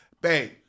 Bang